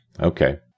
Okay